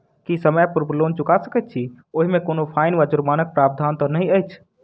की समय पूर्व लोन चुका सकैत छी ओहिमे कोनो फाईन वा जुर्मानाक प्रावधान तऽ नहि अछि?